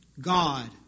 God